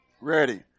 ready